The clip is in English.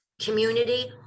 community